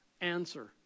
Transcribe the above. Answer